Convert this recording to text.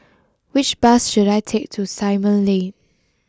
which bus should I take to Simon Lane